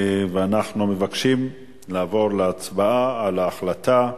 אנחנו מבקשים לעבור להצבעה על ההחלטה.